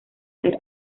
ser